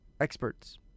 experts